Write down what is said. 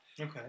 Okay